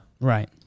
Right